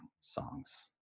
songs